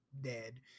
dead